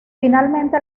finalmente